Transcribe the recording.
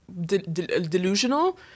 delusional